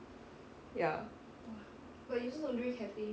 ya